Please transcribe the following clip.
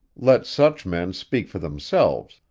let such men speak for themselves,